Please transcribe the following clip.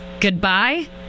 goodbye